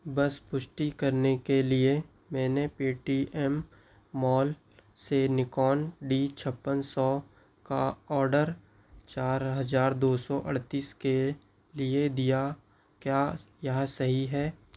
बस पुष्टि करने के लिए मैंने पेटीएम मॉल से निक़ॉन डी छप्पन सौ का ऑर्डर चार हज़ार दो सौ अड़तीस के लिए दिया क्या यह सही है